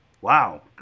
Wow